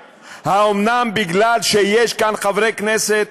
האומנם, בגלל שיש כאן חברי כנסת